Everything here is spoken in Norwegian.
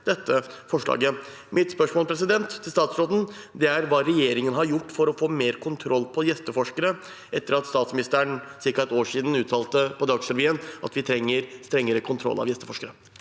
Mitt spørsmål til statsråden er hva regjeringen har gjort for å få mer kontroll med gjesteforskere etter at statsministeren for cirka et år siden uttalte på Dagsrevyen at vi trenger strengere kontroll av gjesteforskere.